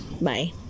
Bye